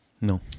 No